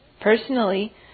Personally